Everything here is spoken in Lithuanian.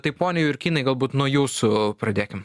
tai pone jurkynai galbūt nuo jūsų pradėkim